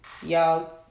Y'all